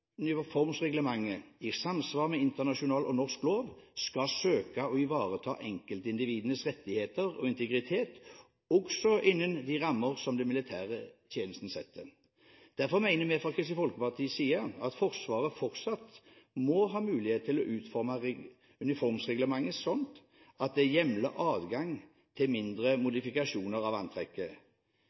i samsvar med internasjonal og norsk lov – skal søke å ivareta enkeltindividenes rettigheter og integritet også innen de rammer som den militære tjenesten setter. Derfor mener vi fra Kristelig Folkepartis side at Forsvaret fortsatt må ha mulighet til å utforme uniformsreglementet slik at det hjemler adgang til mindre modifikasjoner av